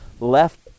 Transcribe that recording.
left